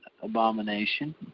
abomination